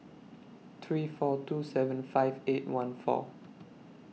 three four two seven five eight one four